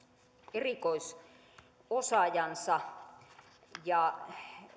erikoisosaajansa